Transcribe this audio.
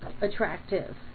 attractive